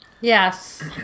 Yes